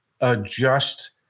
adjust